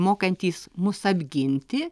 mokantys mus apginti